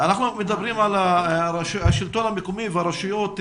אנחנו מדברים על השלטון המקומי ועל הרשויות.